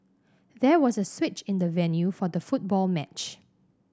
there was a switch in the venue for the football match